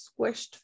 squished